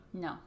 No